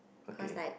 okay